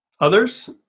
others